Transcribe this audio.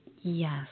Yes